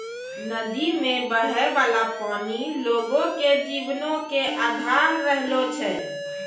नदी मे बहै बाला पानी लोगो के जीवनो के अधार रहलो छै